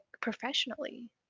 professionally